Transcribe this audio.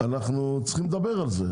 אנחנו צריכים לדבר עליהם.